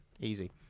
easy